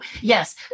Yes